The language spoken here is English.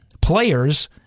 players